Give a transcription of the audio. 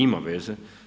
Ima veze.